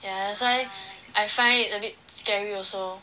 ya that's why I find it a bit scary also